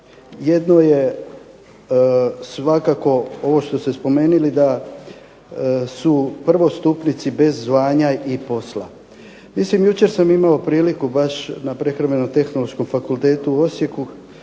jedno je svakako ovo što ste spomenuli da su prvostupnici bez zvanja i posla. Mislim jučer sam imao priliku baš na Prehrambeno-tehnološkom fakultetu u Osijeku